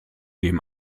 dem